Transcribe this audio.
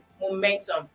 momentum